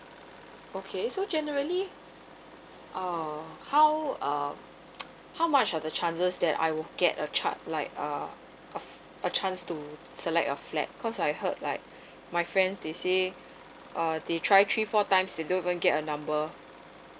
okay so generally uh how uh how much are the charges that I will get a chance like uh a chance to select a flat cause I heard like my friends they say uh they try three four times they don't even get a number